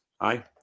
aye